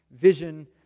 vision